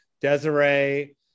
Desiree